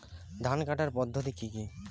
ধান কাটার পদ্ধতি কি কি?